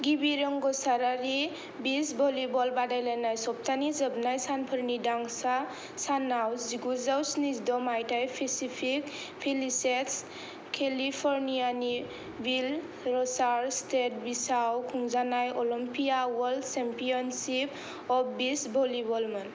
गिबि रोंग'सारारि beach volleyball बादायलायनाय सप्तानि जोबनाय सानफोरनि दांसा सानाव जिगुजौ स्निजिद' मायथाइयाव पेसिफिक पेलिसेड्स केलिफर्नियानि विल रजार्स स्टेट बीचाव खुंजानाय Olympia World Championship of beach भलिबलमोन